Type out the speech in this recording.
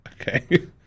Okay